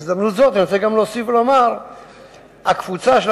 בהזדמנות זו אני רוצה להוסיף ולומר שהקבוצה של